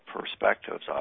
perspectives